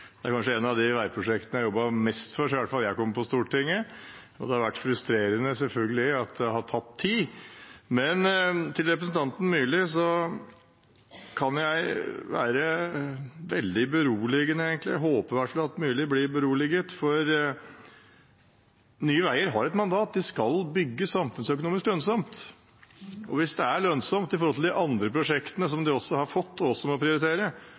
Det er kanskje et av de veiprosjektene jeg har jobbet mest for fra jeg kom på Stortinget. Det har vært frustrerende, selvfølgelig, at det har tatt tid. Til representanten Myrli: Jeg kan være veldig beroligende, egentlig – jeg håper i hvert fall at Myrli blir beroliget – for Nye veier har et mandat: De skal bygge samfunnsøkonomisk lønnsomt. Hvis det er lønnsomt i forhold til de andre prosjektene de har fått og også må prioritere,